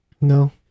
No